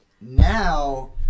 now